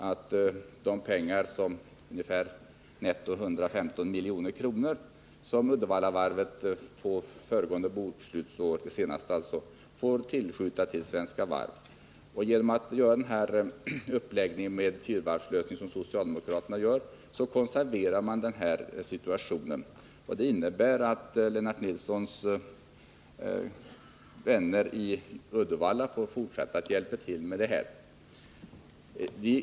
För det senaste bokslutsåret får Uddevallavarvet tillskjuta netto ungefär 115 miljoner till Svenska Varv. Genom socialdemokraternas fyravarvslösning konserveras den här situationen. Det innebär att Lennart Nilssons vänner i Uddevalla får fortsätta att hjälpa till med pengar här.